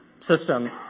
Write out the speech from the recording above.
system